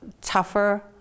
tougher